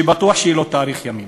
שבטוח שהיא לא תאריך ימים.